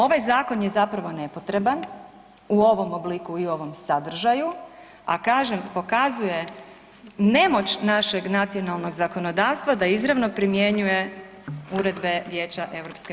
Ovaj zakon je zapravo nepotreban, u ovom obliku i ovom sadržaju, a kažem, pokazuje nemoć našeg nacionalnog zakonodavstva da izravno primjenjuje uredbe Vijeća EU-a.